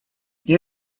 nie